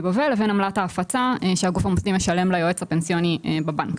גובה לבין עמלת ההפצה שהגוף המוסדי משלם ליועץ הפנסיוני בבנק.